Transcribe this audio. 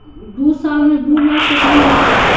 दू साल में दू लाख केतना हो जयते?